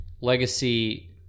legacy